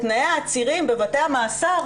מעלים את תנאי העצירים בבתי המעצר,